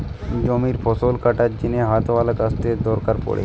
জমিরে ফসল কাটার জিনে হাতওয়ালা কাস্তের দরকার পড়ে